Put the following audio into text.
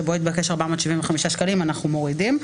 שבו התבקש 475 ש"ח אנחנו מורידים.